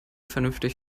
vernünftig